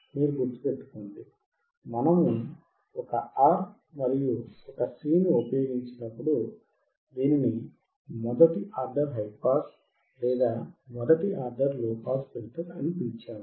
మీరు గుర్తుపెట్టుకోండి మనము ఒక R మరియు ఒక C ని ఉపయోగించినప్పుడు దీనిని మొదటి ఆర్డర్ హైపాస్ లేదా మొదటి ఆర్డర్ లోపాస్ ఫిల్టర్ అని పిలిచాము